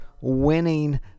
winning